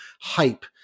hype